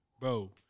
Bro